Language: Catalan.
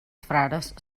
frares